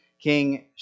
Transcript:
King